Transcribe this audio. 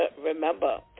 Remember